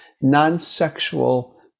non-sexual